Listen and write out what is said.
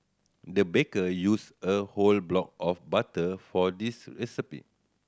the baker used a whole block of butter for this recipe